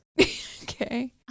Okay